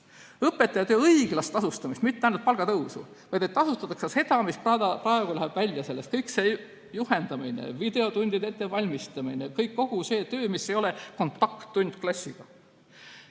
õpetajate õiglast tasustamist, mitte ainult palgatõusu, vaid et tasustataks ka seda, mis praegu jääb sealt välja: kõik see juhendamine, videotundide ettevalmistamine, st kogu see töö, mis ei ole seotud kontakttundidega.